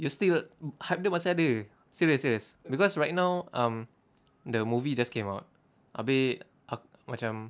you still hype dia masih ada serious serious because right now um the movie just came out abeh macam